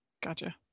Gotcha